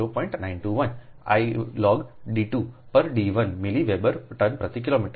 921 I log d 2 પર d1 milli weber turn પ્રતિ kilometre